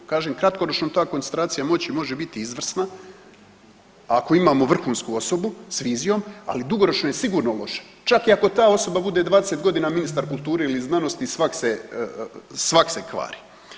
Kažem kratkoročno ta koncentracija moći može biti izvrsna, ako imamo vrhunsku osobu s vizijom, ali dugoročno je sigurno loše, čak i ako ta osoba bude 20 godina ministar kulture ili znanosti svake se kvari.